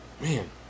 man